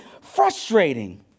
frustrating